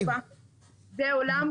זה דבר ישן שכבר לא קיים בעולם.